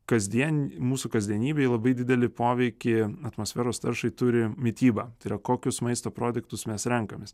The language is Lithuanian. kasdien mūsų kasdienybėje labai didelį poveikį atmosferos taršai turi mityba tai yra kokius maisto produktus mes renkamės